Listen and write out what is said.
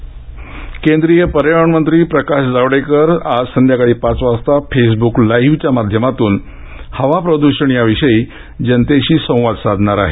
जावडेकर प्रदूषण केंद्रिय पर्यावरण मंत्री प्रकाश जावडेकर आज संध्याकाळी पाच वाजता फेसबुक लाइव्ह च्या माध्यमातून हवा प्रदूषण याविषयी जनतेशी संवाद साधणार आहेत